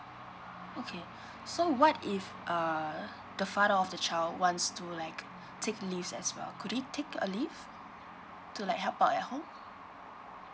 okay so what if err the father of the child wants to like take leaves as well could he take a leave to like help out at home